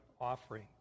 offering